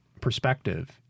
perspective